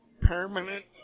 permanent